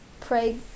pray